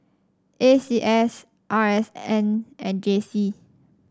A C S R S N and J C